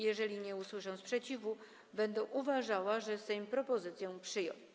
Jeżeli nie usłyszę sprzeciwu, będę uważała, że Sejm propozycję przyjął.